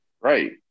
Right